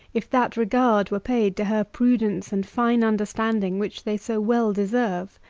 if that regard were paid to her prudence and fine understanding, which they so well deserve.